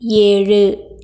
ஏழு